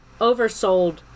oversold